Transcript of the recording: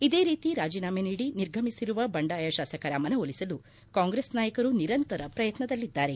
ಇದೇ ರೀತಿ ರಾಜೀನಾಮೆ ನೀಡಿ ನಿರ್ಗಮಿಸಿರುವ ಬಂಡಾಯ ಶಾಸಕರ ಮನವೊಲಿಸಲು ಕಾಂಗ್ರೆಸ್ ನಾಯಕರು ನಿರಂತರ ಪ್ರಯತ್ನದಲ್ಲಿದ್ದಾರೆ